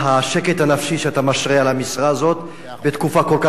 הנפשי שאתה משרה על המשרה הזאת בתקופה כל כך סוערת.